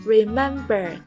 Remember